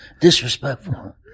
disrespectful